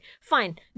fine